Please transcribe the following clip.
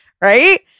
right